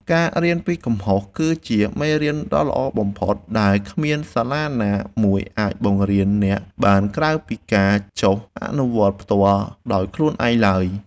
ការរៀនពីកំហុសគឺជាមេរៀនដ៏ល្អបំផុតដែលគ្មានសាលាណាមួយអាចបង្រៀនអ្នកបានក្រៅពីការចុះអនុវត្តផ្ទាល់ដោយខ្លួនឯងឡើយ។